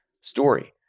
story